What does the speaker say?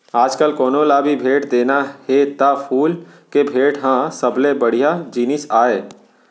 आजकाल कोनों ल भी भेंट देना हे त फूल के भेंट ह सबले बड़िहा जिनिस आय